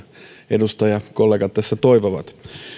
edustajakollegat tässä toivovat